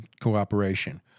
cooperation